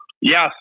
Yes